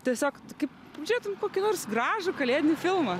tiesiog kaip žiūrėtum kokį nors gražų kalėdinį filmą